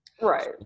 Right